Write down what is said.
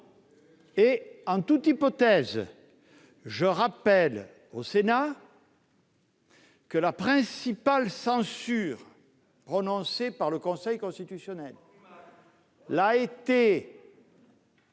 En toute hypothèse, je rappelle au Sénat que la principale censure prononcée par le Conseil constitutionnel l'a été